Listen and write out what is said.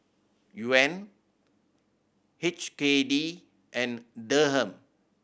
Yuan H K D and Dirham